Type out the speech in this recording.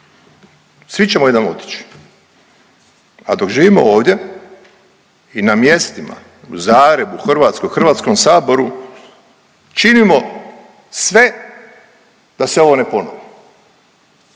svi ćemo jednom otići, a dok živimo ovdje i na mjestima u Zagrebu, u Hrvatskoj, u HS, činimo sve da se ovo ne ponovi,